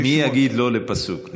מי יגיד לא לפסוק?